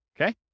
Okay